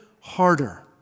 harder